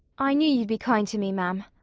i knew you'd be kind to me, ma'am.